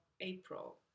april